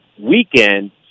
weekend